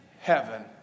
heaven